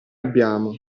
abbiamo